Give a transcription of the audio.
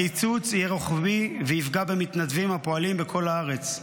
הקיצוץ יהיה רוחבי ויפגע במתנדבים הפועלים בכל הארץ,